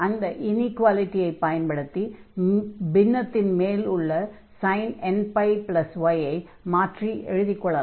இந்த ஈக்வாலிடியை பயன்படுத்தி பின்னத்தின் மேல் உள்ள sin nπy ஐ மாற்றி எழுதிக் கொள்ளலாம்